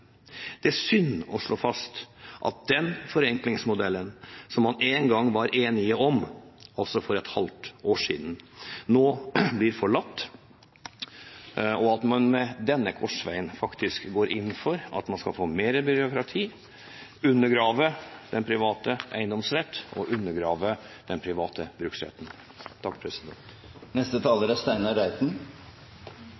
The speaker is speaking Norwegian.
Det er synd å slå fast at den forenklingsmodellen som man en gang var enig om – også for ett år siden – nå blir forlatt, og at man ved denne korsveien faktisk går inn for at man skal få mer byråkrati, undergrave den private eiendomsretten og undergrave den private bruksretten.